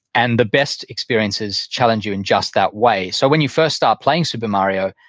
and the best experiences challenge you in just that way so when you first start playing super mario,